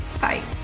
Bye